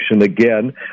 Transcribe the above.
again